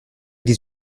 des